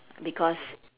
because